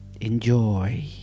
Enjoy